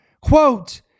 quote